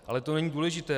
Ale to není důležité.